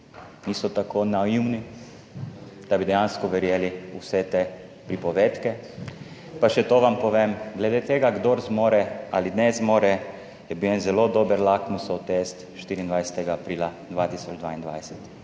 niso tako naivni, da bi dejansko verjeli v vse te pripovedke. Pa še to vam povem glede tega, kdor zmore ali ne zmore, je bil en zelo dober lakmusov test 24. aprila 2022.